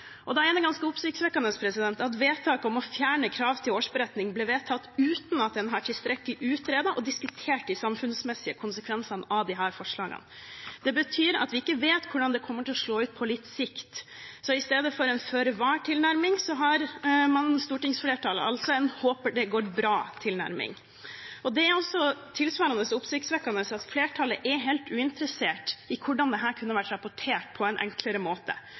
Da er det ganske oppsiktsvekkende at vedtaket om å fjerne kravet til årsberetning ble vedtatt uten at en i tilstrekkelig grad har utredet og diskutert de samfunnsmessige konsekvensene av disse forslagene. Det betyr at vi ikke vet hvordan det kommer til å slå ut litt på sikt. Så i stedet for en føre var-tilnærming har stortingsflertallet en «håper det går bra»-tilnærming. Det er tilsvarende oppsiktsvekkende at flertallet er helt uinteressert i hvordan dette kunne vært rapportert om på en enklere måte.